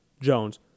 Jones